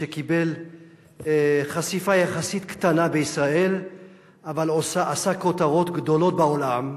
שקיבל חשיפה יחסית קטנה בישראל אבל עשה כותרות גדולות בעולם,